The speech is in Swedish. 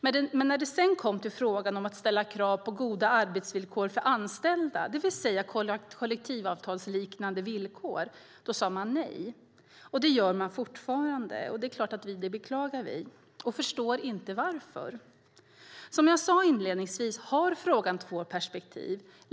Men när det sedan kom till frågan om att ställa krav på goda arbetsvillkor för anställda, det vill säga kollektivavtalsliknande villkor, då sade de nej. Det gör de fortfarande, och det beklagar vi. Vi förstår inte varför de gör det. Som jag sade inledningsvis har frågan två perspektiv.